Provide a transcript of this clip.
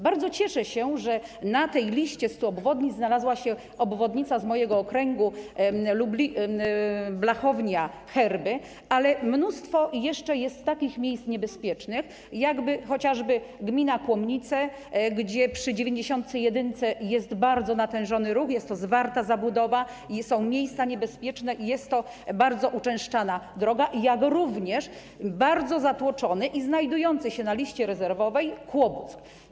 Bardzo cieszę się, że na tej liście 100 obwodnic znalazła się obwodnica w moim okręgu Blachowni i Herbów, ale mnóstwo jeszcze jest takich miejsc niebezpiecznych, chociażby gmina Kłomnice, gdzie przy drodze nr 91 jest bardzo natężony ruch, jest tam zwarta zabudowa i są miejsca niebezpieczne, jest to bardzo uczęszczana droga, jak również bardzo zatłoczony i znajdujący się na liście rezerwowej Kłobuck.